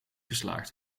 geslaagd